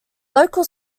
local